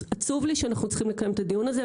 אז עצוב לי שאנחנו צריכים לקיים את הדיון הזה,